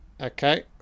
Okay